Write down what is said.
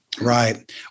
Right